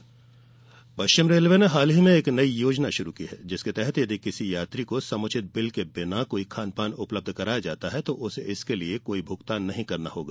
पश्चिम railway no bill no pay पश्चिम railway ने हाल ही में एक नई योजना शुरू की है जिसके तहत यदि किसी यात्री को समुचित बिल के बिना कोई खान पान उपलब्ध कराया जाता है तो उसे इसके लिए कोई भुगतान नहीं करना होगा